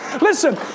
Listen